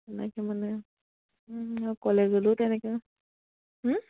এনেকে মানে কলেজলেও তেনেকে